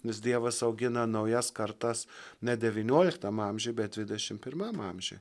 nes dievas augina naujas kartas ne devynioliktam amžiui bet dvidešimt pirmam amžiui